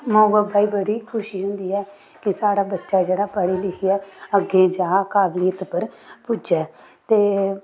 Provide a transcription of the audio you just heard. माऊ बब्बै गी बड़ी खुशी होंदी ऐ कि साढ़ा बच्चा जेह्ड़ा पढ़ी लिखियै अग्गें जाग काबलियत पर पुज्जै ते